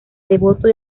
devoto